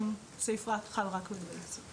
על סעיף 69, תיקון חוק מערכות תשלומים נדלג.